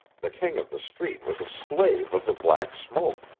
the king of the street was a slave of the black smoke,